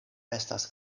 estas